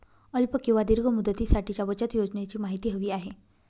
अल्प किंवा दीर्घ मुदतीसाठीच्या बचत योजनेची माहिती हवी आहे